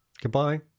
Goodbye